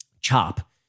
Chop